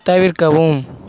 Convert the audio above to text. தவிர்க்கவும்